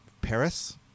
Paris